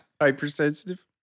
Hypersensitive